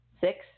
Six